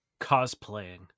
cosplaying